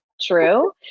true